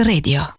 Radio